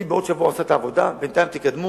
אני עושה את העבודה בעוד שבוע, בינתיים תקדמו.